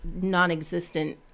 non-existent